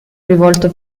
rivolto